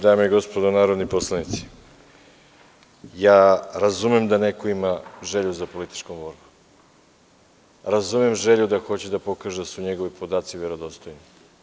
Dame i gospodo narodni poslanici, ja razumem da neko ima želju za političkom borbom, razumem želju da hoće da pokaže da su njegovi podaci verodostojni.